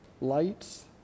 lights